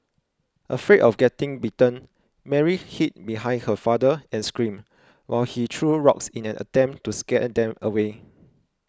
afraid of getting bitten Mary hid behind her father and screamed while he threw rocks in an attempt to scare them away